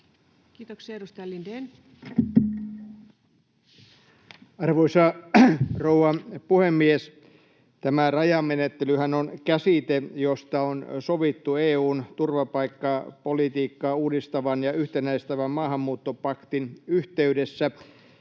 Arvoisa rouva puhemies! Tämä rajamenettelyhän on käsite, josta on sovittu EU:n turvapaikkapolitiikkaa uudistavan ja yhtenäistävän maahanmuuttopaktin yhteydessä.